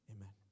amen